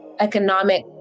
Economic